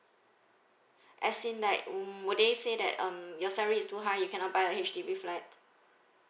as in like mm would they say that um your salary is too high you cannot buy a H_D_B flat